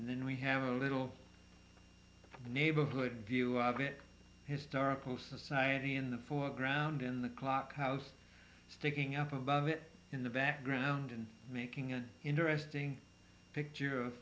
and then we have a little neighborhood view of it historical society in the foreground in the clock house sticking up above it in the background and making an interesting picture of